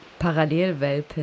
Parallelwelpen